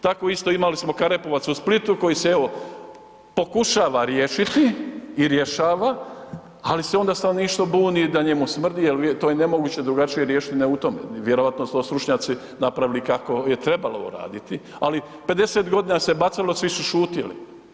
Tako isto imali smo Karepovac u Splitu koji se evo, pokušava riješiti i rješava ali se onda stanovništvo buni da njemu smrdi jer to je nemoguće drugačije riješiti ... u tome, vjerovatno su to stručnjaci napravili kao je trebalo uraditi ali, 50 g. se bacalo, svi su šutjeli.